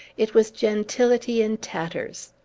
it was gentility in tatters.